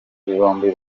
bombi